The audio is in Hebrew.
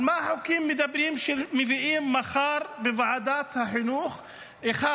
על מה החוקים שמביאים מחר בוועדת החינוך מדברים?